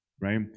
right